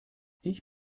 ich